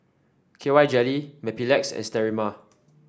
K Y Jelly Mepilex and Sterimar